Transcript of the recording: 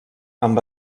amb